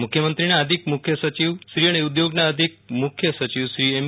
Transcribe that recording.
મુખ્યમંત્રીના અધિક મુખ્ય સચિવશ્રી અને ઉઘોગના અધિક મુખ્ય સચિવશ્રી એમ